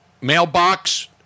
mailbox